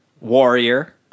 Warrior